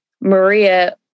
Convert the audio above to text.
Maria